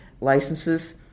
Licenses